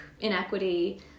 inequity